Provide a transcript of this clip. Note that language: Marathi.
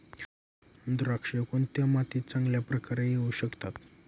द्राक्षे कोणत्या मातीत चांगल्या प्रकारे येऊ शकतात?